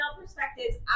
perspectives